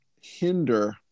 hinder